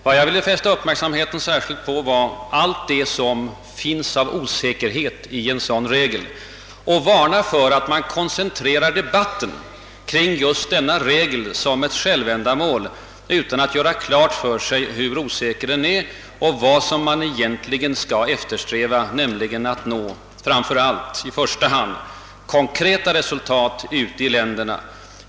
Vad jag särskilt ville fästa uppmärksamheten på var allt det som finns av osäkerhet i en sådan regel och varna för att koncentrera debatten till den och att göra den till ett självändamål, utan att göra klart för sig hur osäker regeln är och vad man egentligen skall eftersträva, nämligen att i första hand nå konkreta resultat i u-länderna.